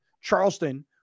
Charleston